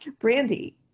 Brandy